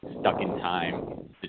stuck-in-time